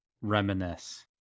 reminisce